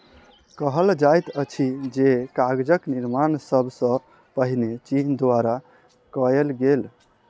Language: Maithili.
कहल जाइत अछि जे कागजक निर्माण सब सॅ पहिने चीन द्वारा कयल गेल